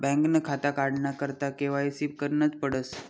बँकनं खातं काढाना करता के.वाय.सी करनच पडस